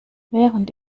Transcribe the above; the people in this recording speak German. während